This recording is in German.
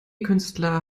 künstler